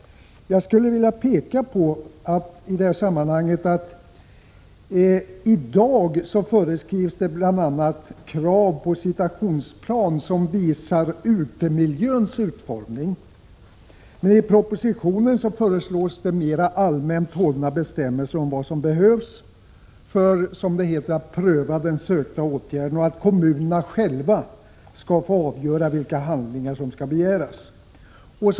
Jag vill i det sammanhanget peka på att det i dag bl.a. finns krav på en situationsplan, som visar utemiljöns utformning. Men i propositionen föreslås mer allmänt hållna bestämmelser om vad som behövs för att kommunen skall, som det heter, pröva den sökta åtgärden, och att kommunerna själva skall få avgöra vilka handlingar som skall begäras.